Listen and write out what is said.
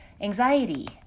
anxiety